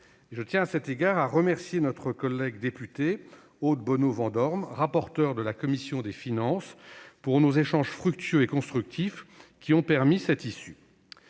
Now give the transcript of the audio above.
Je tiens à cet égard à remercier notre collègue députée Aude Bono-Vandorme, rapporteure de la commission des finances, pour nos échanges fructueux et constructifs, qui ont permis cette issue.